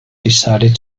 decided